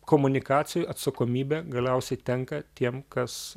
komunikacijoj atsakomybė galiausiai tenka tiem kas